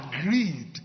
agreed